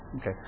okay